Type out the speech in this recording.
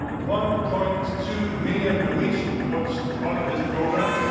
one point two million norwegians watched part of this program.